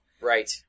Right